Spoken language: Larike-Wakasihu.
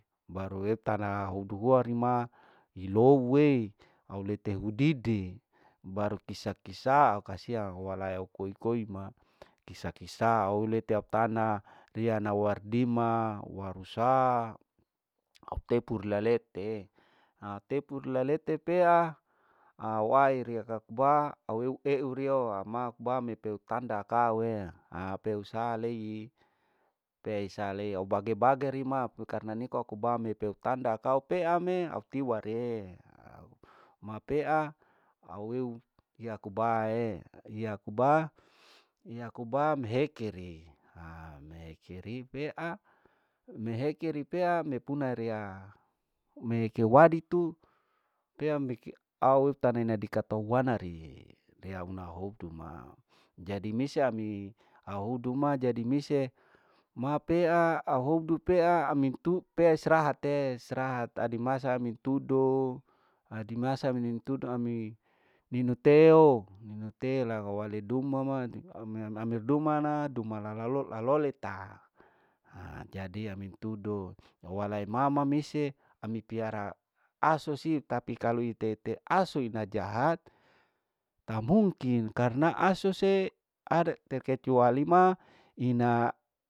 Baru heitana houdu riya rima ilou uuai lete hudidi, baru kisa kisa kasiang, uwala eekoi koi ma kisa kisa au lete au tana riya nawardima wasa autepu hulalete hatepu, hulalete pea au ai rirekba au weue uriyaee abakmau mete tanda kauee, aape saaleii, pe saalei au bage bage rima aku karna niko aku ba meteu tanda ma kau pe re au tiare, maa pea au eeu eakubaee, iakuba ieakuba meheke re meneke rii pea meheke ripea mepuna rea meheke waditu pea meke au tana nadi kata wana ri ria unau houtu ma jadi misee ami ahodu ma ajadi mii se ma pea auhoutu pea ami auhodu ma, jadi teistrahat adi masa mitudo, adi masa mitudo ni mateo ninu teo, nino teo laho wale duma ma amer dumana duma lalalo laloleta, haa jadi ami tudo halae mama misie ami piara asu siu tapi kalau ete asu ina jahat tamungkin karna asu se ada terkecuali ma ina.